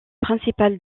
principal